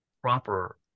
proper